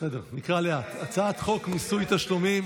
מיסוי תשלומים